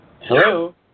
Hello